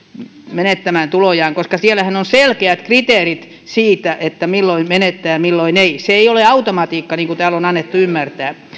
menettämään tulojaan koska siellähän on selkeät kriteerit siitä milloin menettää ja milloin ei se ei ole automatiikka niin kuin täällä on annettu ymmärtää